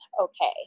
okay